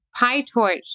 PyTorch